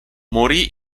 morì